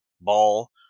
ball